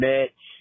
Mitch